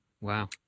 Wow